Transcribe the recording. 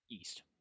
East